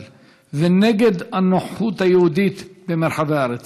ונגד הנוכחות היהודית במרחבי הארץ.